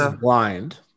blind